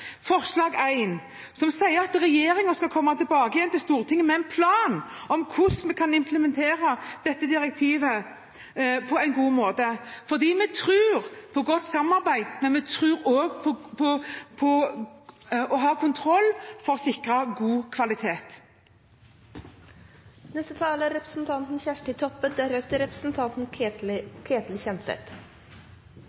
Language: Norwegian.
forslag nr. 1, som sier at regjeringen skal komme tilbake til Stortinget med en plan for å implementere direktivet på en god måte, for vi tror på godt samarbeid, men vi tror også på å ha kontroll for å sikre god kvalitet. For Senterpartiet er